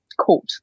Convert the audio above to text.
court